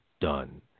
done